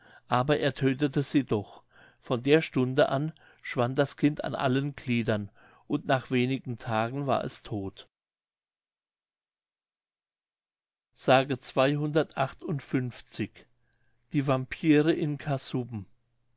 aber er tödtete sie doch von der stunde an schwand das kind an allen gliedern und nach wenigen tagen war es todt mündlich die vampyre in